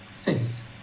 Six